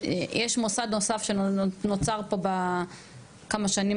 יש מוסד נוסף שנוצר פה בכמה שנים